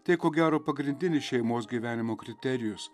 tai ko gero pagrindinis šeimos gyvenimo kriterijus